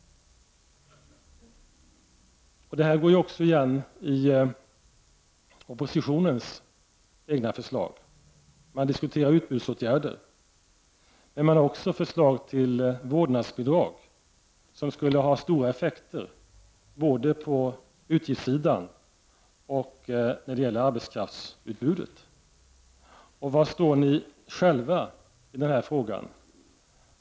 Detta går också igen i oppositionens egna förslag. Man diskuterar utbudsåtgärder men har också förslag om vårdnadsbidrag, något som skulle ha stora effekter både på utgiftssidan och på arbetskraftsutbudet. Var står ni själva i denna fråga?